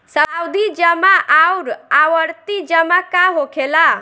सावधि जमा आउर आवर्ती जमा का होखेला?